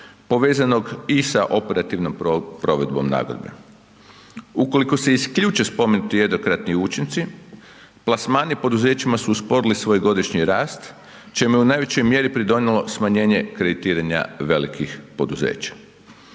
povezanog i sa operativnom provedbom nagodbe. Ukoliko se isključe spomenuti jednokratni učinci, plasmani poduzećima su usporili svoj godišnji rast čemu je u najvećoj mjeri pridonjelo smanjenje kreditiranja velikih poduzeća.